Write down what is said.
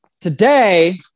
Today